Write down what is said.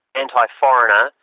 anti-foreigner,